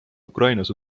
ukrainas